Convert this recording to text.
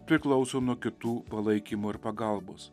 priklauso nuo kitų palaikymo ir pagalbos